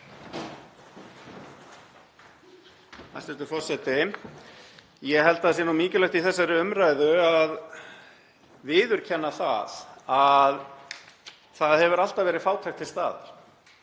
Hæstv. forseti. Ég held að það sé mikilvægt í þessari umræðu að viðurkenna að það hefur alltaf verið fátækt til staðar.